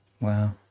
Wow